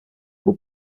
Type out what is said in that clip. who